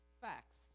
Facts